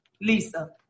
Lisa